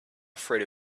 afraid